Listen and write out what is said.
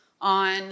on